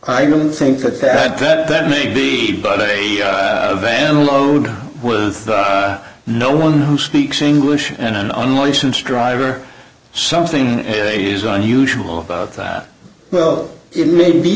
i don't think that that that that may be but a van load with no one who speaks english and an unlicensed driver something unusual about that it may be